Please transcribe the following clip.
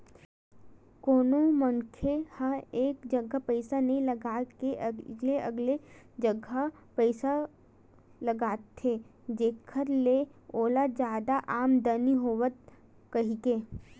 कोनो मनखे ह एक जगा पइसा नइ लगा के अलगे अलगे जगा म पइसा लगाथे जेखर ले ओला जादा आमदानी होवय कहिके